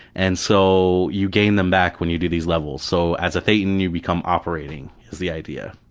and so you gain them back when you do these levels, so as a thetan you become operating is the idea.